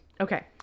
okay